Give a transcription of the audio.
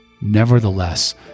Nevertheless